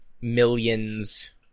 millions